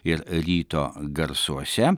ir ryto garsuose